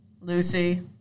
Lucy